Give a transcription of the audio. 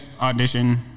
audition